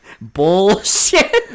bullshit